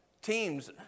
Teams